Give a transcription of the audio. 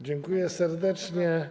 Dziękuję serdecznie.